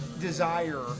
desire